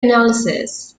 analysis